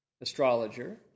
astrologer